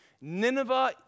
Nineveh